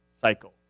cycle